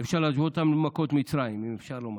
אפשר להשוות אותן למכות מצרים, אם אפשר לומר.